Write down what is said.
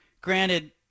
granted